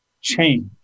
change